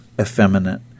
effeminate